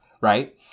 right